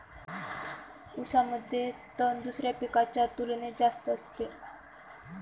ऊसामध्ये तण दुसऱ्या पिकांच्या तुलनेने जास्त असते